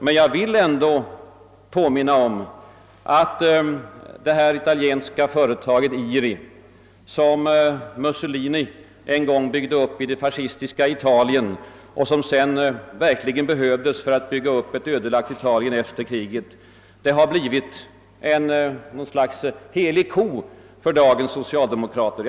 Men jag vill ändå påminna om att det italienska företaget IRI, som Mussolini en gång byggde upp i det fascistiska Italien och som verkligen behövdes för att återupprätta det efter kriget ödelagda Italien, har blivit något slags helig ko för dagens socialdemokrater.